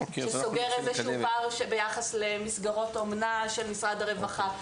שסוגרת איזשהו פער ביחס למסגרות אומנה של משרד הרווחה,